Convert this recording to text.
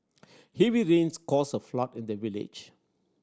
heavy rains caused a flood in the village